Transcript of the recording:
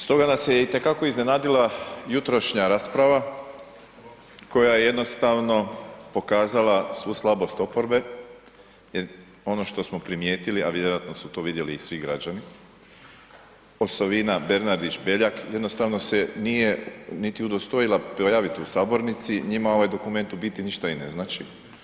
Stoga nas je itekako iznenadila jutrošnja rasprava koja jednostavno pokazala svu slabost oporbe jer ono što smo primijetili, a vjerojatno su to vidjeli i svi građani, osobina Bernardić-Beljak jednostavno se nije niti udostojala pojaviti u sabornici, njima ovaj dokument u biti ništa i ne znači.